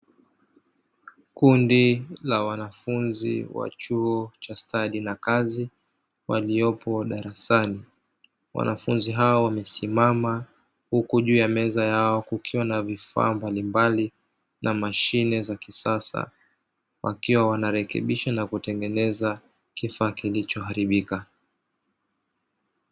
Kundi la wanafunzi wa chuo cha stadi na kazi waliopo darasani, wanafunzi hao wamesimama huku juu ya meza yao kukiwa na vifaa mbalimbali na mashine za kisasa wakiwa wanarekebisha na kutengeneza kifaa kilichoharibika.